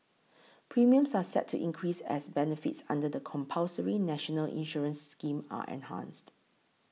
premiums are set to increase as benefits under the compulsory national insurance scheme are enhanced